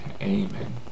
Amen